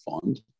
fund